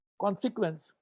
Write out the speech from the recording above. consequence